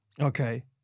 Okay